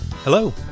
Hello